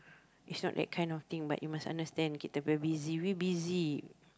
it's not that kind of thing but you must understand that we busy we busy